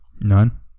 None